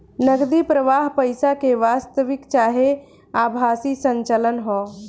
नगदी प्रवाह पईसा के वास्तविक चाहे आभासी संचलन ह